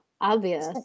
Obvious